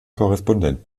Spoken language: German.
korrespondent